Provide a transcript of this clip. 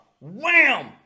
Wham